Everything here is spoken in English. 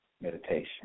meditation